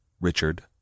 Richard